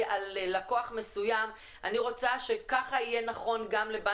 על לקוח מסוים אני רוצה שכך יהיה נכון גם לגבי